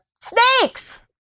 snakes